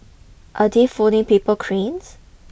are they folding paper cranes